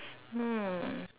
mm